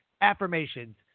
affirmations